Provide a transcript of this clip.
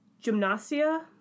gymnasia